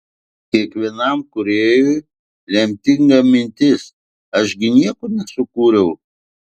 kiekvienam kūrėjui lemtinga mintis aš gi nieko nesukūriau